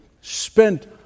spent